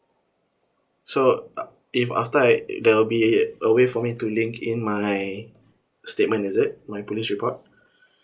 so uh if after I there'll be a way for me to link in my statement is it my police report